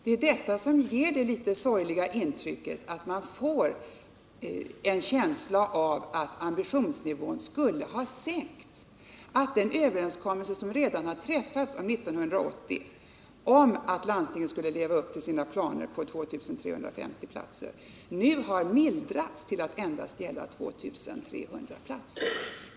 Det är detta som ger det litet sorgliga intrycket och som gör att man får en känsla av att ambitionsnivån skulle ha sänkts och att den överenskommelse för 1980 som redan har träffats om att landstingen skulle leva upp till sina planer om 2 350 platser nu har mildrats till att gälla endast 2 300 platser.